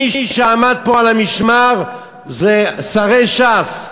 מי שעמד פה על המשמר זה שרי ש"ס,